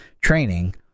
training